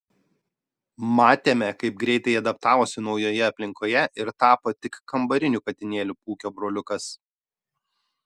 matėme kaip greitai adaptavosi naujoje aplinkoje ir tapo tik kambariniu katinėliu pūkio broliukas